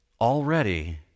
Already